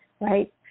right